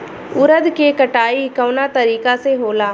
उरद के कटाई कवना तरीका से होला?